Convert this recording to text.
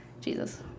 Jesus